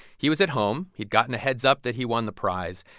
he was at home. he'd gotten a heads up that he won the prize,